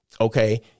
okay